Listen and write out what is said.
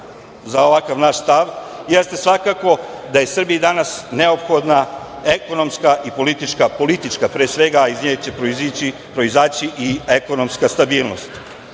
za ovakav naš stav jeste svakako da je Srbiji danas neophodna ekonomska i politička, politička pre svega, a iz nje će proizaći i ekonomska stabilnost.